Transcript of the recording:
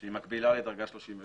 שהיא מקבילה לדרגה 37,